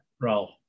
role